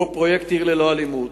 הוא הפרויקט "עיר ללא אלימות".